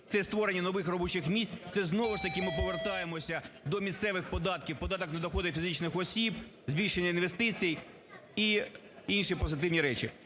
Це і створення нових робочих місць. Це, знову ж таки, ми повертаємося до місцевих податків, податок на доходи фізичних осіб, збільшення інвестицій і інші позитивні речі.